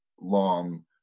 long